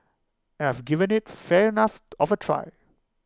and I've given IT fair enough of A try